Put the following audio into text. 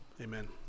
amen